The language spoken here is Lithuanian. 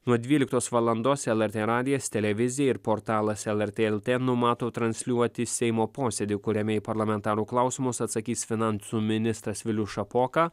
nuo dvyliktos valandos lrt radijas televizija ir portalas lrt lt numato transliuoti seimo posėdį kuriame į parlamentarų klausimus atsakys finansų ministras vilius šapoka